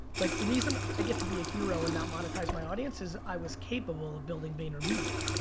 like the reason i get to be a hero and not monetize my audience is i was capable of building vaynermedia.